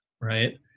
right